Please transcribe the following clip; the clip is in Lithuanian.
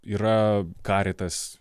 yra karitas